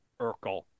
Urkel